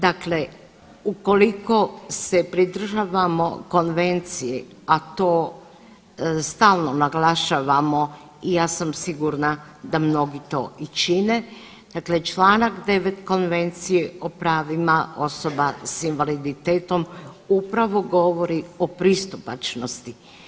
Dakle, ukoliko se pridržavamo konvencije, a to stalno naglašavamo i ja sam sigurna da mnogi to i čine, dakle Članak 9. Konvencije o pravima osoba s invaliditetom upravo govori o pristupačnosti.